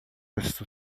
esse